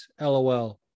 LOL